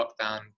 lockdown